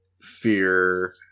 fear